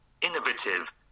innovative